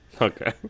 Okay